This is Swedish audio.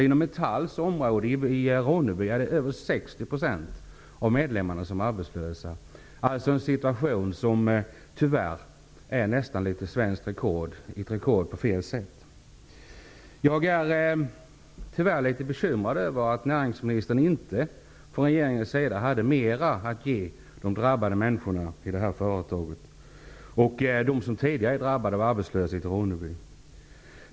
Inom Metalls område i Ronneby är över 60 % av medlemmarna arbetslösa, en situation som tyvärr är nästan svenskt rekord, fast ett rekord på fel sätt. Jag är litet bekymrad över att näringsministern inte hade mera från regeringens sida att ge de drabbade människorna i detta företag och de som tidigare drabbats av arbetslöshet i Ronneby.